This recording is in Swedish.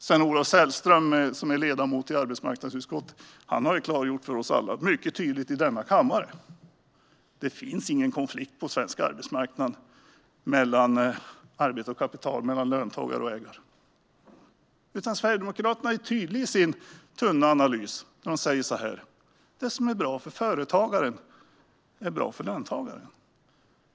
Sven-Olof Sällström, som är ledamot i arbetsmarknadsutskottet, har mycket tydligt klargjort för oss alla i denna kammare att det inte finns någon konflikt på svensk arbetsmarknad mellan arbetare och kapital och mellan löntagare och ägare. Sverigedemokraterna är tydliga i sin tunna analys när de säger: Det som är bra för företagaren är bra för löntagaren.